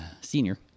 Senior